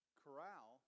corral